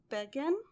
Begin